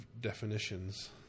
definitions